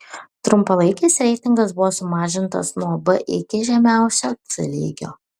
trumpalaikis reitingas buvo sumažintas nuo b iki žemiausio c lygio